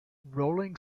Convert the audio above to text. rolling